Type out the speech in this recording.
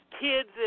kids